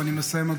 ואני מסיים,